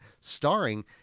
starring